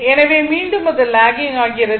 எனவே மீண்டும் அது லாகிங் ஆகிறது